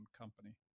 company